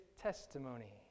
testimony